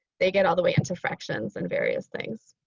they get all the way into fractions and various things.